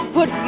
Put